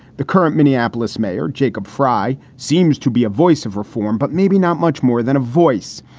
the current minneapolis mayor, jacob frye, seems to be a voice of reform, but maybe not much more than a voice.